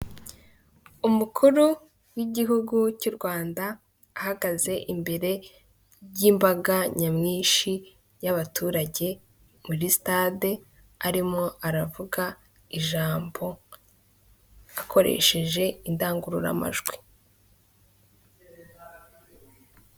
Umukuru w'igihugu cy'u Rwanda ahagaze imbere y'imbaga nyamwinshi y'abaturage muri sitade, arimo aravuga ijambo akoresheje indangururamajwi.